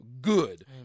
good